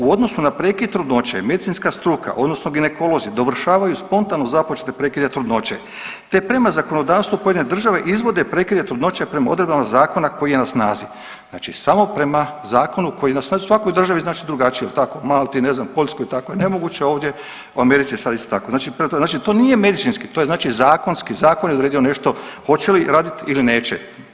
U odnosu na prekid trudnoće medicinska struka odnosno ginekolozi dovršavaju spontano započete prekide trudnoće, te prema zakonodavstvu pojedine države izvode prekide trudnoće prema odredbama zakona koji je na snazi, znači samo prema zakonu koji svakoj državi znači drugačije jel tako, Malti, ne znam Poljskoj tako je nemoguće, a ovdje, u Americi je sad isto tako, znači, znači to nije medicinski, to je znači zakonski, zakon je odredio nešto hoće li raditi ili neće.